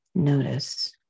Notice